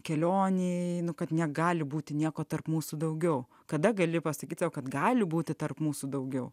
kelionėje kad negali būti nieko tarp mūsų daugiau kada gali pasakyti kad gali būti tarp mūsų daugiau